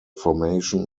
formation